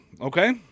okay